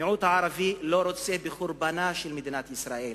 המיעוט הערבי לא רוצה בחורבנה של מדינת ישראל.